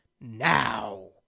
now